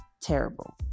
terrible